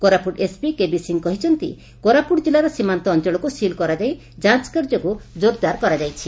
Koraput SP KB Singh କହିଛନ୍ତି କୋରାପୁଟ୍ ଜିଲ୍ଲାର ସୀମାନ୍ତ ଅଞ୍ଚଳକୁ ସିଲ୍ କରାଯାଇ ଯାଞ କାର୍ଯ୍ୟକୁ ଜୋରଦାର କରାଯାଇଛି